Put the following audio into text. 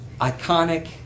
iconic